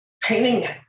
Painting